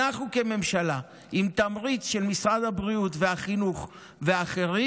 עם תמריץ של משרד הבריאות, החינוך והאחרים,